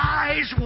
eyes